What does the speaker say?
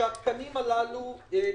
שהתקצוב של התקנים הללו ימשיך,